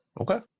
Okay